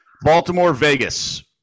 Baltimore-Vegas